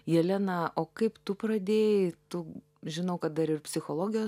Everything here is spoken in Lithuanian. jelena o kaip tu pradėjai tu žinau kad dar ir psichologė